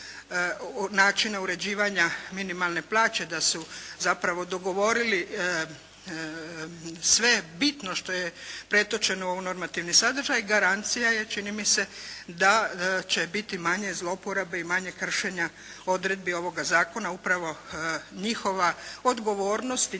načina uređivanja minimalne plaće da su zapravo dogovorili sve bitno što je pretočeno u normativni sadržaj, garancija je čini mi se da će biti manje zlouporabe i manje kršenja odredbi ovoga Zakona upravo njihova odgovornost